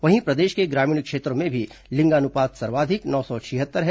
वहीं प्रदेश के ग्रामीण क्षेत्रों में भी लिंगानुपात सर्वाधिक नौ सौ छिहत्तर है